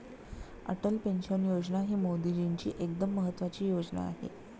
Atal pension योजना ही मोदीजींची एकदम महत्त्वाची योजना आहे